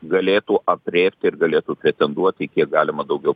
galėtų aprėpti ir galėtų pretenduoti kiek galima daugiau